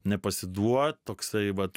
nepasiduot toksai vat